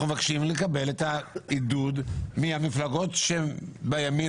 אנחנו מבקשים לקבל את העידוד מהמפלגות שהיו בימין,